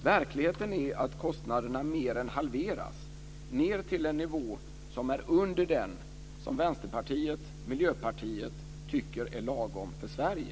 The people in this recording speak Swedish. Verkligheten är att kostnaderna mer än halverats ned till en nivå som är under den som Vänsterpartiet och Miljöpartiet tycker är lagom för Sverige.